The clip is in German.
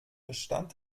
bestand